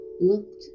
looked